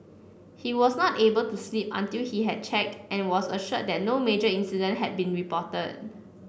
he was not able to sleep until he had checked and was assured that no major incident had been reported